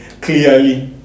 clearly